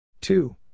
two